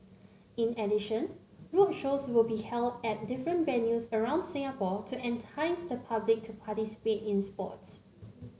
in addition roadshows will be held at different venues around Singapore to entice the public to participate in sports